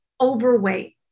overweight